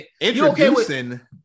introducing